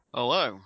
Hello